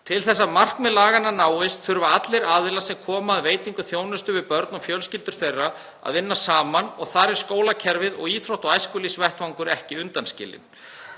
Til þess að markmið laganna náist þurfa allir aðilar sem koma að veitingu þjónustu við börn og fjölskyldur þeirra að vinna saman og þar er skólakerfið og íþrótta- og æskulýðsvettvangur ekki undanskilinn.